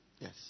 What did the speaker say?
Yes